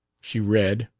she read.